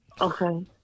okay